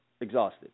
exhausted